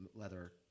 leather